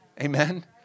Amen